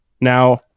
Now